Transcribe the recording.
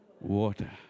water